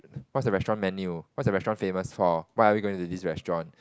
what's the restaurant menu what's the restaurant famous for why are we going to this restaurant